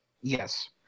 Yes